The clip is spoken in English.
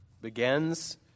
begins